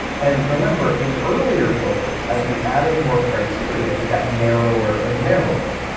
and remember, in earlier filters, as we added more criteria, it got narrower and narrower.